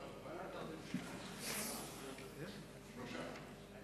השר להגנת הסביבה.